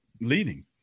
leading